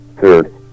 Third